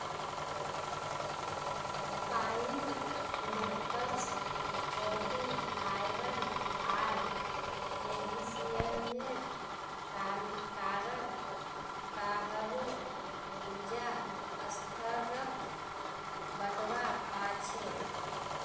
pine nuts protein, iron आर मैग्नीशियमेर कारण काहरो ऊर्जा स्तरक बढ़वा पा छे